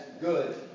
good